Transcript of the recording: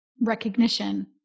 recognition